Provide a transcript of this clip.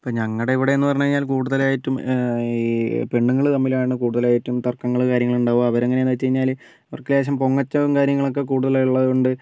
ഇപ്പോൾ ഞങ്ങളുടെ ഇവിടെ എന്ന് പറഞ്ഞുകഴിഞ്ഞാൽ കൂടുതലായിട്ടും ഈ പെണ്ണുങ്ങൾ തമ്മിലാണ് കുടുതലായിട്ടും തർക്കങ്ങൾ കാര്യങ്ങൾ ഉണ്ടാവുക അവർ എങ്ങനെയാണെന്ന് വെച്ചുകഴിഞ്ഞാൽ അവർക്ക് ലേശം പോങ്ങച്ചവും കാര്യങ്ങളും ഒക്കെ കൂടുതൽ ഉള്ളത് കൊണ്ട്